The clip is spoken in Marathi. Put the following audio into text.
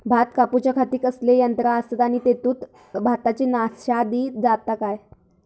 भात कापूच्या खाती कसले यांत्रा आसत आणि तेतुत भाताची नाशादी जाता काय?